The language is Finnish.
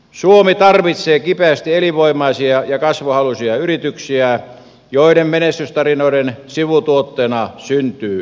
suomi tarvitsee kipeästi elinvoimaisia ja kasvuhaluisia yrityksiä joiden menestystarinoiden sivutuotteena syntyy työtä